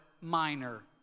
minor